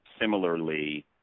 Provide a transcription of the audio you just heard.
similarly